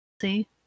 see